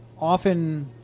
Often